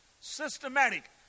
Systematic